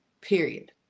Period